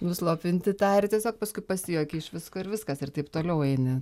nuslopinti tą ir tiesiog paskui pasijuoki iš visko ir viskas ir taip toliau eini